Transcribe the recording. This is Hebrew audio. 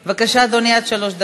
בבקשה, אדוני, עד שלוש דקות.